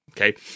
Okay